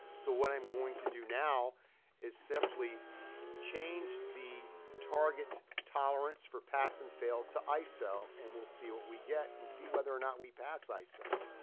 so what i'm going to do now is simply change the target tolerance for pass and fail to iso, and we'll see what we get, and see whether or not we pass iso.